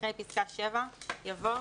אחרי פסקה (7) יבוא: